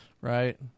right